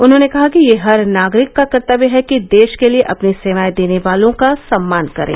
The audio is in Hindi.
उन्होंने कहा कि यह हर नागरिक का कर्ततव्य है कि देश के लिए अपनी सेवाएं देने वालों का सम्मान करें